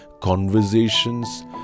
conversations